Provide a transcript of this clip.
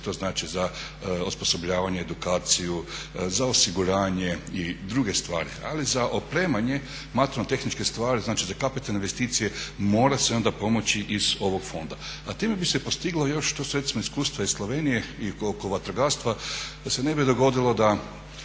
to znači za osposobljavanje i edukaciju, za osiguranje i druge stvari. Ali za opremanje materijalno-tehničke stvari, znači za kapitalne investicije mora se onda pomoći iz ovog fonda. A time bi se postiglo još, to su recimo iskustva iz Slovenije i oko vatrogastva, da se ne bi dogodilo da